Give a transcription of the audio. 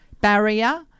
barrier